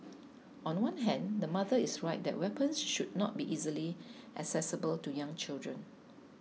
on one hand the mother is right that weapons should not be easily accessible to young children